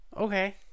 Okay